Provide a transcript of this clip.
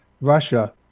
Russia